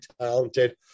talented